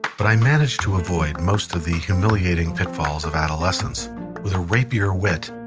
but i managed to avoid most of the humiliating pitfalls of adolescence with a rapier wit,